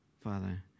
Father